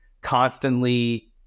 constantly